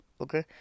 Okay